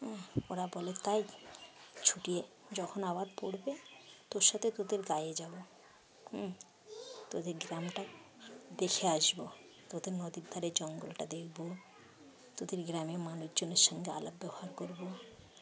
হুঁ ওরা বলে তাই ছুটিয়ে যখন আবার পড়বে তোর সাথে তোদের গায়ে যাব হুম তোদের গ্রামটা দেখে আসবো তোদের নদীর ধারে জঙ্গলটা দেখবো তোদের গ্রামে মানুষজনের সঙ্গে আলাপ ব্যবহার করবো